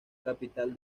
capital